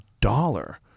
dollar